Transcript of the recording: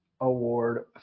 Award